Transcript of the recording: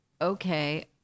okay